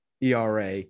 ERA